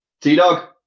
T-Dog